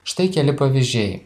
štai keli pavyzdžiai